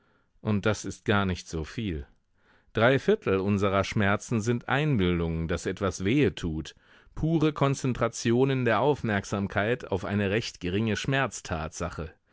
und das ist gar nicht so viel dreiviertel unserer schmerzen sind einbildung daß etwas wehe tut pure konzentrationen der aufmerksamkeit auf eine recht geringe